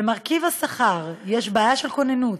במרכיב השכר יש בעיה של כוננות.